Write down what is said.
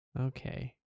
Okay